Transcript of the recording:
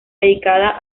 dedicada